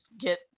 get